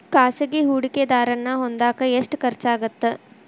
ಖಾಸಗಿ ಹೂಡಕೆದಾರನ್ನ ಹೊಂದಾಕ ಎಷ್ಟ ಖರ್ಚಾಗತ್ತ